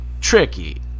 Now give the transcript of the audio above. tricky